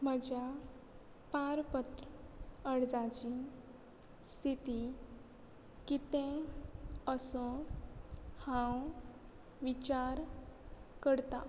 म्हज्या पारपत्र अर्जाची स्थिती कितें असो हांव विचार करतां